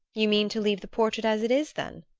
you mean to leave the portrait as it is then?